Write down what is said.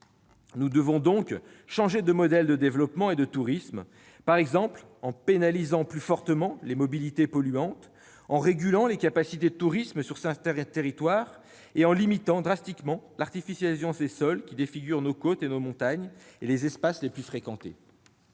Nous devons donc changer de modèle de développement et de tourisme, par exemple en pénalisant plus fortement les mobilités polluantes, en régulant les capacités de tourisme sur certains territoires et en limitant drastiquement l'artificialisation des sols qui défigure nos côtes, nos montagnes et les espaces les plus fréquentés.